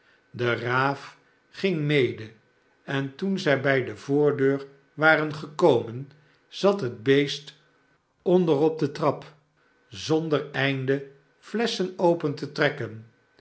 de raaf ging mede en toen zij bij de voordeur waren gekomen zat het beest onder op de trap zonder einde flesschen open te trekken